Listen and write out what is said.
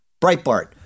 Breitbart